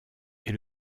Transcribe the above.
est